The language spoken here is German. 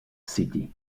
city